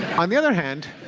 on the other hand,